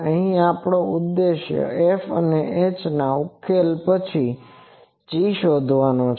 અહીં આપણો ઉદ્દેશ્ય F અને hના ઉલ્લેખ પછી g શોધવાનો છે